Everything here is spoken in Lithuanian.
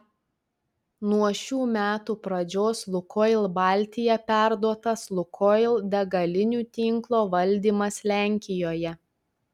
nuo šių metų pradžios lukoil baltija perduotas lukoil degalinių tinklo valdymas lenkijoje